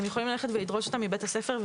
הם יכולים ללכת ולדרוש אותם מבית הספר,